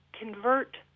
convert